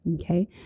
Okay